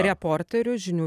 reporteriu žinių